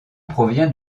provient